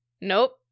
nope